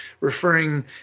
referring